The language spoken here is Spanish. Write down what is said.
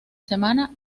semana